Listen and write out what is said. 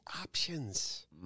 options